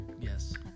Yes